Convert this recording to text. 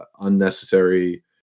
unnecessary –